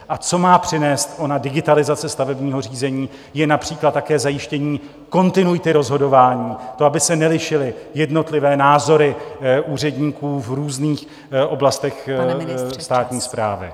A co má přinést ona digitalizace stavebního řízení, je například také zajištění kontinuity rozhodování, to, aby se nelišily jednotlivé názory úředníků v různých oblastech státní správy.